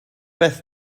beth